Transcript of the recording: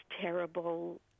terrible